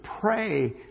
pray